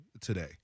today